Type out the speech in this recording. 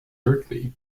berkeley